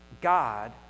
God